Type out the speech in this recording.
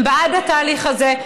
הם בעד התהליך הזה.